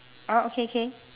orh okay okay